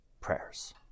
prayers